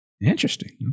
Interesting